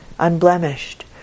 unblemished